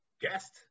guest